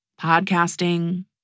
podcasting